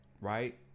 Right